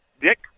Dick